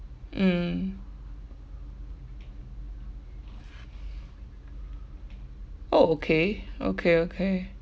mm oh okay okay okay